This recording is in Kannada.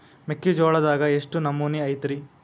ಮೆಕ್ಕಿಜೋಳದಾಗ ಎಷ್ಟು ನಮೂನಿ ಐತ್ರೇ?